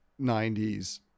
90s